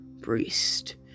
priest